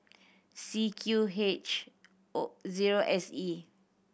C Q H O zero S E